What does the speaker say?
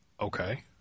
Okay